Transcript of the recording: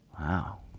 Wow